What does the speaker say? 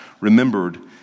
remembered